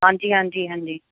ਹਾਂਜੀ ਹਾਂਜੀ ਹਾਂਜੀ